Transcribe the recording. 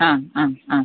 ആ ആ ആ